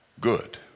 good